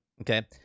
Okay